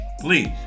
please